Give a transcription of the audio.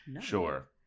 Sure